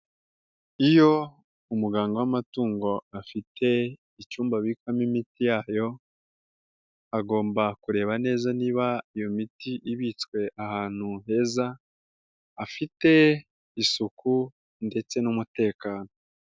Iyo umuganga w'amatungo afite icyumba abikamo imiti yayo, agomba kureba neza niba iyo miti ibitswe ahantu heza hafite isuku ndetse n'umutekano.